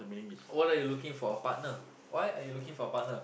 what are you looking for a partner why are you looking for a partner